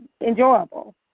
enjoyable